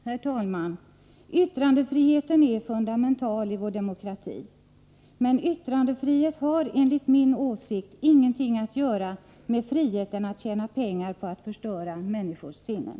Herr talman! Yttrandefriheten är fundamental i vår demokrati. Men yttrandefrihet har enligt min åsikt ingenting att göra med friheten att tjäna pengar på att förstöra människors sinnen.